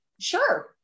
Sure